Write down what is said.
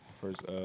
first